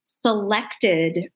selected